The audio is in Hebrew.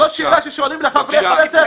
זאת שאלה ששואלים את חברי הכנסת?